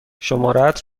شمارهات